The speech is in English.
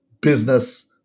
business